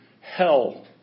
hell